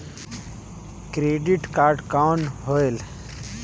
Credit card कौन होएल?